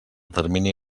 termini